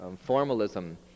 formalism